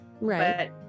Right